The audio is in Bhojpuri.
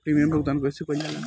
प्रीमियम भुगतान कइसे कइल जाला?